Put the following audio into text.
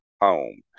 home